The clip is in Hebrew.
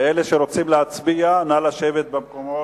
ואלה שרוצים להצביע, נא לשבת במקומות.